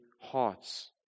hearts